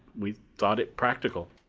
we thought it practical.